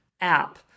app